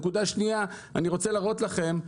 נקודה שנייה, אני רוצה להראות לכם,